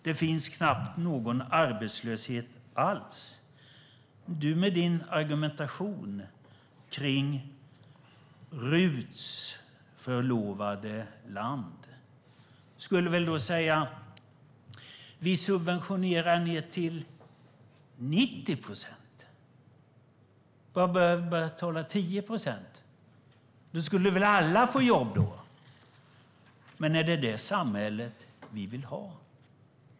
Där finns knappt någon arbetslöshet alls. Du med din argumentation kring RUT:s förlovade land säger väl då: "Vi subventionerar ned till 90 procent. Man behöver bara betala 10 procent." Då skulle väl alla få jobb. Men är det det samhället vi vill ha?